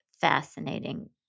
fascinating